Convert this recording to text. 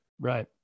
Right